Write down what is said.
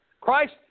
Christ